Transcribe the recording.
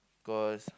cause